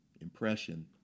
impression